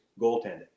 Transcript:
goaltending